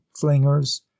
flingers